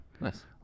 Nice